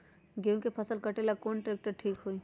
गेहूं के फसल कटेला कौन ट्रैक्टर ठीक होई?